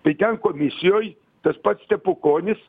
tai ten komisijoj tas pats stepukonis